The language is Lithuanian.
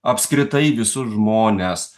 apskritai visus žmones